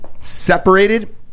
separated